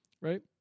right